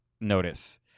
notice